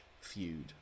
feud